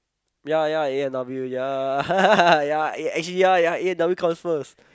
ya ya A-and-W ya ya eh actually ya ya A-and-W comes first